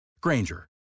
Granger